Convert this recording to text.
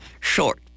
short